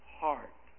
heart